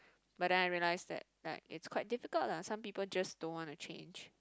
but then I realise that like is quite difficult lah some people just don't want to change